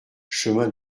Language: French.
chemin